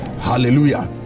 hallelujah